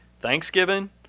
Thanksgiving